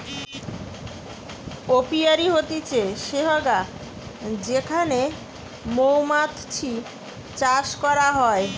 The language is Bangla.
অপিয়ারী হতিছে সেহগা যেখানে মৌমাতছি চাষ করা হয়